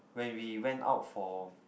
when we went out for